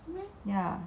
ya